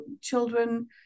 children